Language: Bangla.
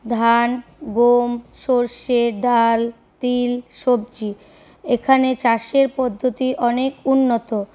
ধান গম সর্ষে ডাল তিল সবজি এখানে চাষের পদ্ধতি অনেক উন্নত